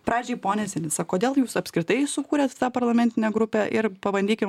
pradžiai pone sinica kodėl jūs apskritai sukūrėt tą parlamentinę grupę ir pabandykim